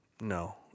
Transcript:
No